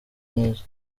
neza